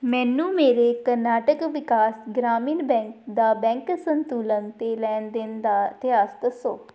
ਮੈਨੂੰ ਮੇਰੇ ਕਰਨਾਟਕ ਵਿਕਾਸ ਗ੍ਰਾਮੀਣ ਬੈਂਕ ਦਾ ਬੈਂਕ ਸੰਤੁਲਨ ਅਤੇ ਲੈਣ ਦੇਣ ਦਾ ਇਤਿਹਾਸ ਦੱਸੋ